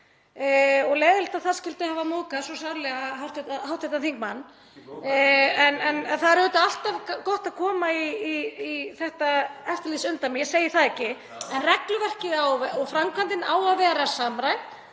og leiðinlegt að það skyldi hafa móðgað svo sárlega hv. þingmann. (Gripið fram í.) En það er auðvitað alltaf gott að koma í þetta eftirlitsumdæmi, ég segi það ekki, en regluverkið og framkvæmdin á að vera samræmd